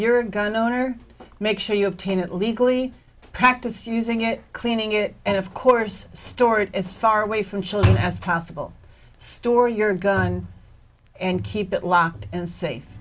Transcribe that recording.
you're a gun owner make sure you obtain it legally practice using it cleaning it and of course store it as far away from children as possible store your gun and keep it locked and safe